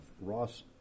Ross